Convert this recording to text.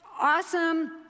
awesome